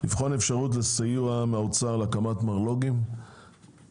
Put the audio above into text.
יש לבחון אפשרות לסיוע מהאוצר להקמת מרלו"גים (מרכזים לוגיסטיים)